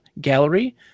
gallery